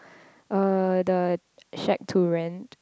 uh the Shack to Rent